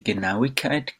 genauigkeit